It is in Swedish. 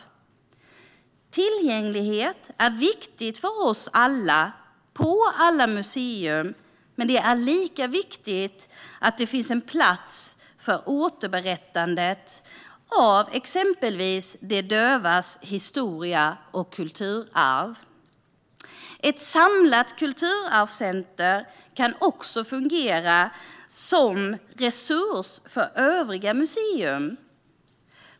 Tillgänglighet är viktigt för oss alla på alla museer, men det är lika viktigt att det finns en plats för återberättandet av exempelvis de dövas historia och kulturarv. Ett samlat kulturarvscenter kan också fungera som resurs för övriga museer.